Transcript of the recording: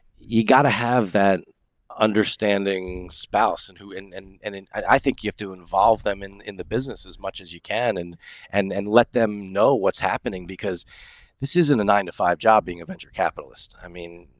you gotta have that understanding spouse and who? and and i think you have to involve them in in the business as much as you can and and and let them know what's happening. because this isn't a nine to five job being a venture capitalist. i mean,